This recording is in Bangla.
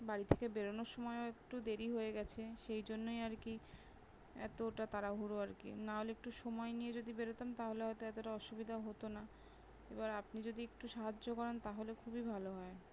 বাড়ি থেকে বেরোনোর সময়ও একটু দেরি হয়ে গেছে সেই জন্যই আর কি এতটা তাড়াহুড়ো আর কি নাহলে একটু সময় নিয়ে যদি বেরোতাম তাহলে হয়তো এতটা অসুবিধা হতো না এবার আপনি যদি একটু সাহায্য করেন তাহলে খুবই ভালো হয়